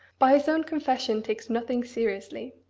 by his own confession, takes nothing seriously.